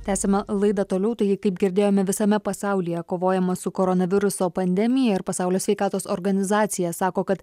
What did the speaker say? tęsiame laidą toliau taigi kaip girdėjome visame pasaulyje kovojama su koronaviruso pandemija ir pasaulio sveikatos organizacija sako kad